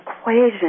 equation